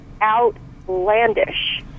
Outlandish